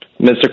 Mr